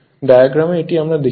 diagram এ এটি আমরা দেখিয়েছি